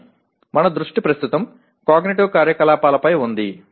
కానీ మన దృష్టి ప్రస్తుతం కాగ్నిటివ్ కార్యకలాపాలపై ఉంది